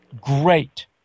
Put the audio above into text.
Great